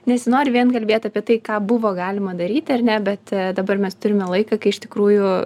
nesinori vien kalbėt apie tai ką buvo galima daryti ar ne bet dabar mes turime laiką kai iš tikrųjų